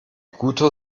guter